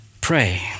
pray